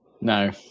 No